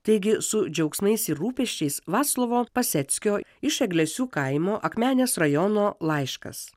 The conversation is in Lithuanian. taigi su džiaugsmais ir rūpesčiais vaclovo paseckio iš eglesių kaimo akmenės rajono laiškas